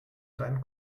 deinen